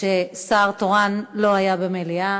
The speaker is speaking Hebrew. ששר תורן לא היה במליאה,